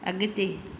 अगि॒ते